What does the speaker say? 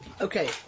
Okay